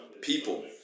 People